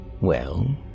Well